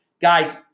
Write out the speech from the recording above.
Guys